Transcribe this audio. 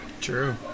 True